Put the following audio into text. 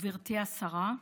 גברתי השרה,